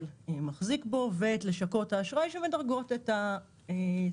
מחזיק בו ואת לשכות האשראי שמדרגות את הצרכנים,